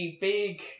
big